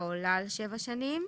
העולה על שבע שנים,